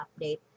update